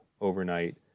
overnight